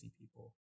people